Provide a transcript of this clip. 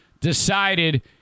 decided